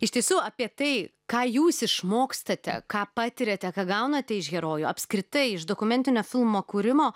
iš tiesų apie tai ką jūs išmokstate ką patiriate ką gaunate iš herojų apskritai iš dokumentinio filmo kūrimo